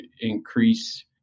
increase